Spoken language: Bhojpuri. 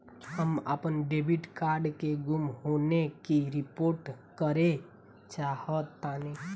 हम अपन डेबिट कार्ड के गुम होने की रिपोर्ट करे चाहतानी